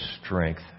strength